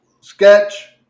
sketch